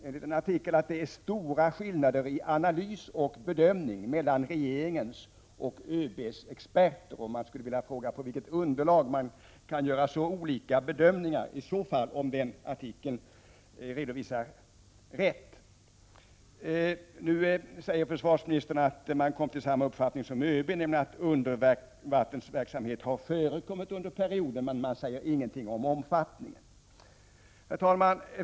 Enligt en artikel skulle det föreligga stora skillnader i analys och bedömning mellan regeringens och ÖB:s experter, och jag skulle vilja fråga på vilket underlag man kan göra så olika bedömningar, om redovisningen i artikeln är riktig. 77 Nu säger försvarsministern att regeringen kom till samma uppfattning som ÖB, nämligen att ubåtsverksamhet har förekommit under perioden, men han säger ingenting om omfattningen. Herr talman!